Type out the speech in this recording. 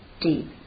deep